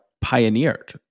pioneered